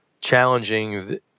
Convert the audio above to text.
challenging